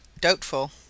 doubtful